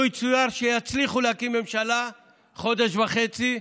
לו יצויר שיצליחו להקים ממשלה בחודש וחצי,